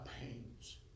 pains